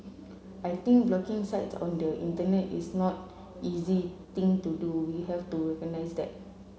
I think blocking site on the Internet is not easy thing to do we have to recognise that